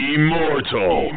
Immortal